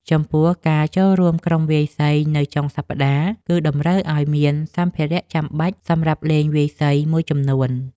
ចំពោះការចូលរួមក្រុមវាយសីនៅចុងសប្តាហ៍ គឺតម្រូវឲ្យមានសម្ភារៈចាំបាច់សម្រាប់លេងវាយសីមួយចំនួន។